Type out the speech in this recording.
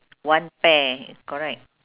one pair correct